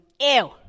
ew